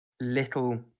little